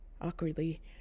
awkwardly